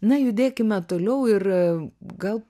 na judėkime toliau ir gal